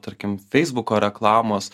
tarkim feisbuko reklamos